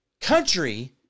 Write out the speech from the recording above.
country